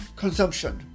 Consumption